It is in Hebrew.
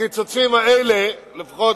הקיצוצים האלה, לפחות